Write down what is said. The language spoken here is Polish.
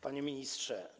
Panie Ministrze!